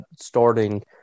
starting –